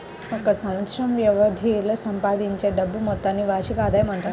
ఒక సంవత్సరం వ్యవధిలో సంపాదించే డబ్బు మొత్తాన్ని వార్షిక ఆదాయం అంటారు